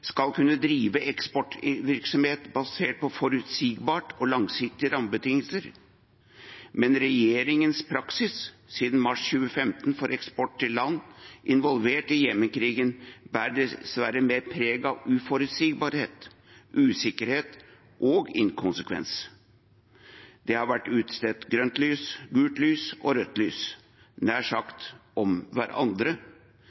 skal kunne drive eksportvirksomhet basert på forutsigbare og langsiktige rammebetingelser, men regjeringens praksis siden mars 2015 for eksport til land involvert i Jemen-krigen bærer dessverre mer preg av uforutsigbarhet, usikkerhet og inkonsekvens. Det har vært utstedt grønt lys, gult lys og